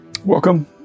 Welcome